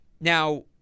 Now